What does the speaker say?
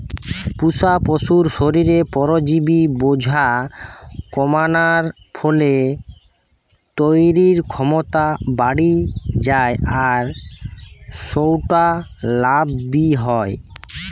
পুশা পশুর শরীরে পরজীবি বোঝা কমানার ফলে তইরির ক্ষমতা বাড়ি যায় আর সউটা লাভ বি হয়